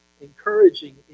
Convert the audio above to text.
encouraging